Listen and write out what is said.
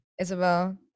Isabel